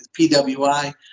PWI